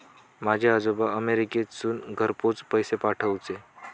माझे आजोबा अमेरिकेतसून घरपोच पैसे पाठवूचे